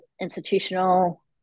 institutional